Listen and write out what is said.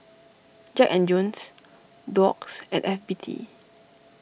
Jack and Jones Doux and F B T